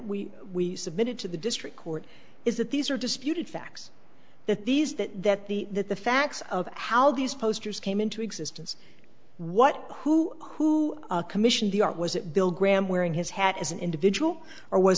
we we submitted to the district court is that these are disputed facts that these that that the that the facts of how these posters came into existence what who who commissioned the art was that bill graham wearing his hat as an individual or was